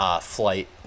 flight